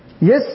Yes